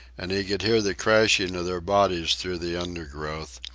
and he could hear the crashing of their bodies through the undergrowth,